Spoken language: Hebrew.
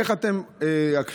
איך אתם עכשיו,